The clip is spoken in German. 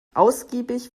ausgiebig